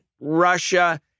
Russia